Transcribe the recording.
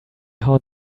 how